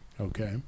okay